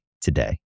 today